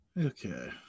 Okay